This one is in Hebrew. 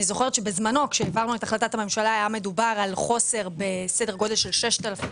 אני זוכרת שבזמנו היה מדובר על חוסר בסדר גודל של כ-6,000 עובדים.